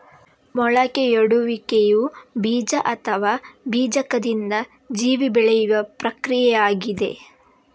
ಮೊಳಕೆಯೊಡೆಯುವಿಕೆಯು ಬೀಜ ಅಥವಾ ಬೀಜಕದಿಂದ ಜೀವಿ ಬೆಳೆಯುವ ಪ್ರಕ್ರಿಯೆಯಾಗಿದೆ